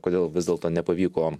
kodėl vis dėlto nepavyko